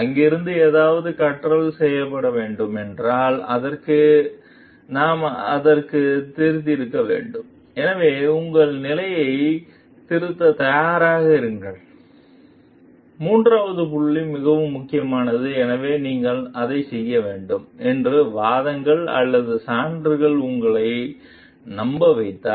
அங்கிருந்து ஏதாவது கற்றல் செய்யப்பட வேண்டும் என்றால் நாம் அதற்குத் திறந்திருக்க வேண்டும் எனவே உங்கள் நிலையைத் திருத்த தயாராக இருங்கள் போன்ற மூன்றாவது புள்ளி மிகவும் முக்கியமானது எனவே நீங்கள் அதைச் செய்ய வேண்டும் என்று வாதங்கள் அல்லது சான்றுகள் உங்களை நம்பவைத்தால்